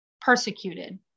persecuted